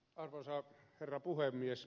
arvoisa herra puhemies